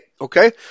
Okay